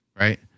right